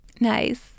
Nice